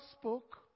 spoke